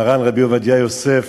מרן רבי עובדיה יוסף.